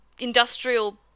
industrial